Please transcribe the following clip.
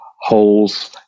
holes